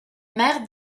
mère